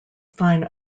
fine